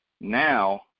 Now